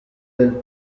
del